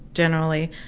generally,